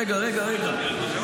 רגע, רגע, רגע.